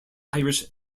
irish